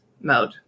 mode